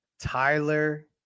Tyler